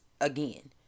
again